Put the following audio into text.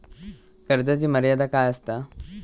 कर्जाची मर्यादा काय असता?